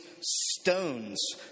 stones